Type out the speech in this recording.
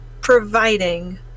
providing